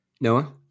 Noah